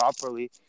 properly